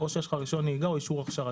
או יש לך רשיון נהיגה או אישור הכשרה.